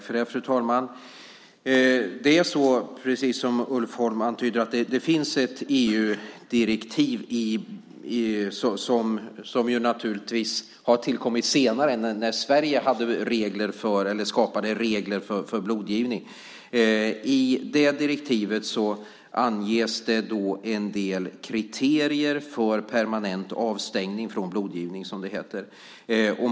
Fru talman! Precis som Ulf Holm antyder finns det ett EU-direktiv, som naturligtvis har tillkommit senare än när Sverige skapade regler för blodgivning. I det direktivet anges en del kriterier för permanent avstängning från blodgivning, som det heter.